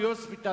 ב"יוספטל".